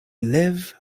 live